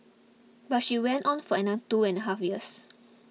but she went on for another two and half years